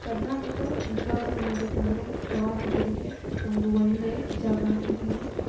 ಕರ್ನಾಟಕ ನಿಜ್ವಾಗಲೂ ಹೇಳ್ಬೇಕಂದರೆ ಪ್ರವಾಸಿಗರಿಗೆ ಒಂದು ಒಳ್ಳೆಯ ಜಾಗ ಅಂತಾನೆ ಹೇಳ್ಬೋದು